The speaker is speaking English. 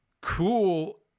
cool